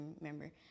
remember